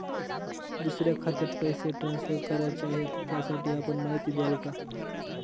दुसऱ्या खात्यात पैसे ट्रान्सफर करायचे आहेत, त्यासाठी आपण माहिती द्याल का?